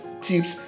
tips